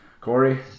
Corey